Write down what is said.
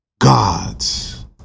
gods